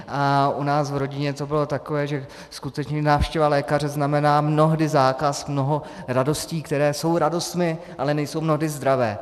U nás v rodině to bylo takové, že skutečně návštěva lékaře znamená mnohdy zákaz mnoha radostí, které jsou radostmi, ale nejsou mnohdy zdravé.